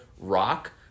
rock